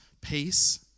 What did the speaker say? peace